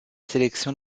sélection